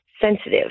sensitive